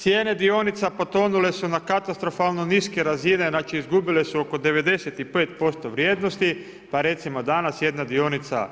Cijene dionica potonule su na katastrofalne niske razine, znači izgubile su oko 95% vrijednosti, pa recimo, danas, jedna dionica